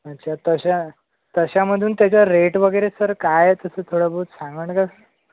अच्छा तसे आ तशामधून त्याचा रेट वगैरे सर काय आहे तसं थोडंबहुत सांगाल का